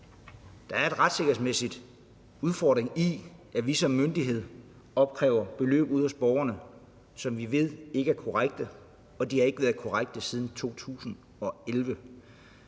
Der er en retssikkerhedsmæssig udfordring i, at vi som myndighed opkræver beløb ude hos borgerne, som vi ved ikke er korrekte, og at de ikke har været korrekte siden 2011.